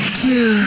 two